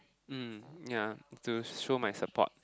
mm ya to show my support